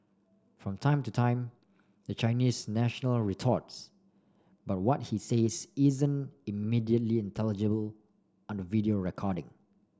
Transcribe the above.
from time to time the Chinese national retorts but what he says isn't immediately intelligible on the video recording